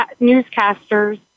newscasters